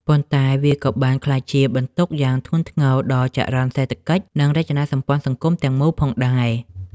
ប៉ុន្តែវាក៏បានក្លាយជាបន្ទុកយ៉ាងធ្ងន់ធ្ងរដល់ចរន្តសេដ្ឋកិច្ច និងរចនាសម្ព័ន្ធសង្គមទាំងមូលផងដែរ។